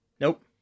Nope